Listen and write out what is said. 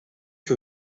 que